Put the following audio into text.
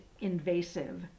invasive